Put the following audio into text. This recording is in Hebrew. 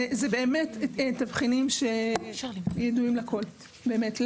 זה באמת תבחינים שידועים לכל, באמת.